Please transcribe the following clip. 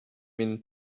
mint